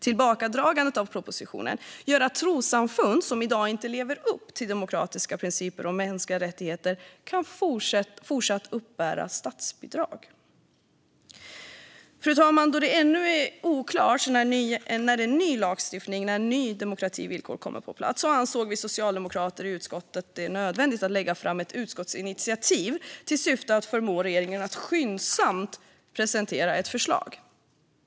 Tillbakadragandet av propositionen gör att trossamfund som i dag inte lever upp till demokratiska principer och mänskliga rättigheter fortsatt kan uppbära statsbidrag. Fru talman! Då det ännu är oklart när en ny lagstiftning och nya demokrativillkor kommer på plats ansåg vi socialdemokrater i utskottet det nödvändigt att lägga fram ett utskottsinitiativ i syfte att förmå regeringen att skyndsamt presentera ett förslag.